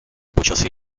počasí